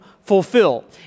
fulfill